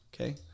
Okay